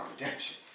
redemption